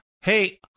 Hey